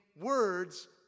words